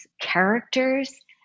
characters